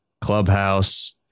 Clubhouse